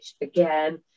again